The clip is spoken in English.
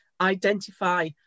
identify